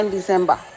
December